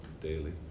Daily